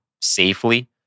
safely